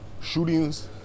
shootings